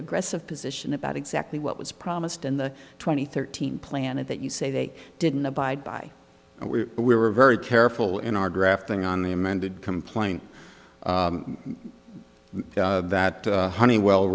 aggressive position about exactly what was promised in the twenty thirteen planet that you say they didn't abide by we we were very careful in our grafting on the amended complaint that honeywell